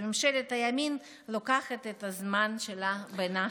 וממשלת הימין לוקחת את הזמן שלה בנחת.